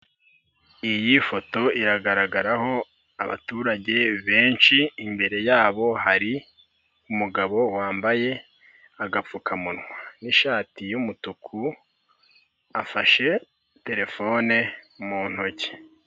Iyi foto iragaragaraho abaturage benshi, imbere yabo hari umugabo wambaye agapfukamunwa n'ishati y'umutuku afashe telefone mu ntoki.